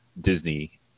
Disney